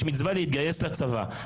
יש מצווה להתגייס לצבא,